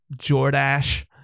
jordash